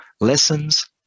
lessons